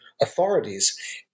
authorities